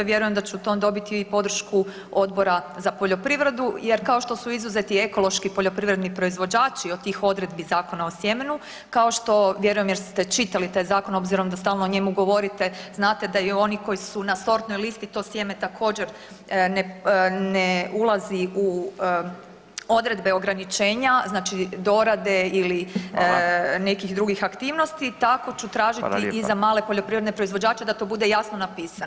Vjerujem da ću u tom dobiti i podršku Odbora za poljoprivredu jer kao što su izuzeti ekološki poljoprivredni proizvođači od tih odredbi Zakona o sjemenu, kao što vjerujem jer ste čitali taj zakon obzirom da stalo o njemu govorite znate da i oni koji su na sortnoj listi to sjeme također ne ulazi u odredbe ograničenja znači dorade ili nekih drugih aktivnosti [[Upadica: Hvala.]] tako ću tražiti i za male poljoprivredne [[Upadica: Hvala lijepa.]] proizvođače da to bude jasno napisano.